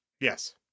Yes